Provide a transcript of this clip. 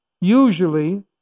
Usually